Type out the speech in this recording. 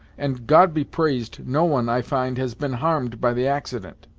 and, god be praised! no one, i find, has been harmed by the accident.